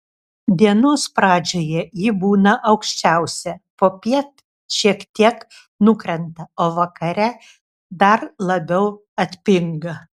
dienos pradžioje ji būna aukščiausia popiet šiek tiek nukrenta o vakare dar labiau atpinga